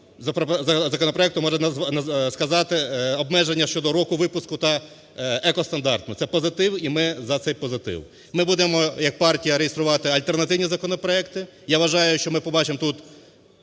законопроекту можна сказати обмеження щодо року випуску та екостандарту. Це позитив, і ми за цей позитив. Ми будемо як партія реєструвати альтернативні законопроекти. Я вважаю, що ми побачимо тут